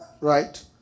right